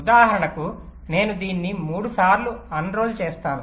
ఉదాహరణకు నేను దీన్ని 3 సార్లు అన్రోల్ చేసాను